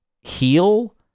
heal